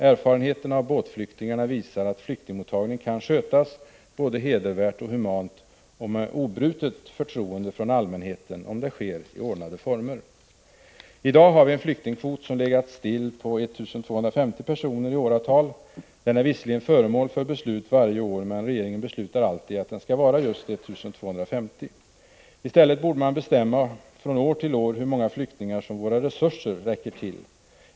Erfarenheterna av båtflyktingarna visar att flyktingmottagningen kan skötas både hedervärt och humant och med obrutet förtroende från allmänheten om den sker i ordnade former. I dag har vi en flyktingkvot som i åratal legat still på 1 250 personer. Den är visserligen föremål för beslut varje år, men regeringen beslutar alltid att den skall vara just 1 250. I stället borde man bestämma från år till år hur många flyktingar våra resurser räcker till.